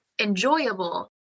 enjoyable